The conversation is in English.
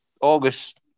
August